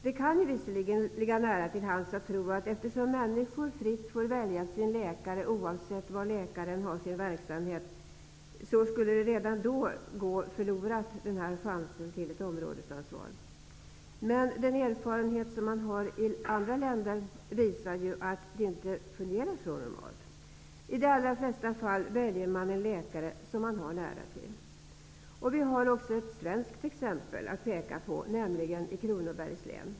Det kan visserligen ligga nära till hands att tro att eftersom människor fritt får välja sin läkare oavsett var läkaren har sin verksamhet, skulle denna chans till områdesansvar redan då gå förlorad. Men den erfarenhet som man har i andra länder visar ju att det normalt inte fungerar på det sättet. I de allra flesta fall väljer man en läkare som man har nära till. Vi har också ett svenskt exempel att peka på, nämligen i Kronobergs län.